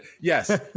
Yes